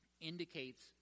indicates